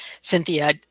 Cynthia